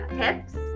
tips